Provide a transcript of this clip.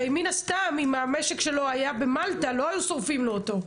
הרי מן הסתם אם המשק שלו היה במלטה לא היו שורפים לו אותו.